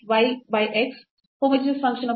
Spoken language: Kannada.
x power 0